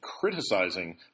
criticizing